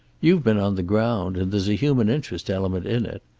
you've been on the ground, and there's a human interest element in it.